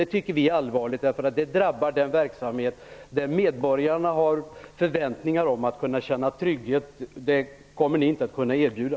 Det tycker vi är allvarligt, därför att det drabbar den verksamhet där medborgarna har förväntningar på att kunna känna trygghet. Det kommer ni inte att kunna erbjuda.